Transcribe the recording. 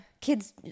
kids